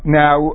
now